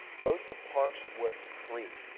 rosa parks was free.